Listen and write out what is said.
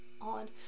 on